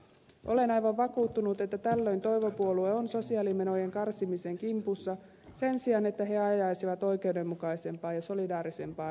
olen aivan vakuuttunut että tällöin toivopuolue on sosiaalimenojen karsimisen kimpussa sen sijaan että he ajaisivat oikeudenmukaisempaa ja solidaarisempaa yhteiskuntaa